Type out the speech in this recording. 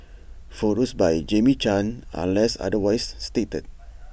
photos by Jamie chan unless otherwise stated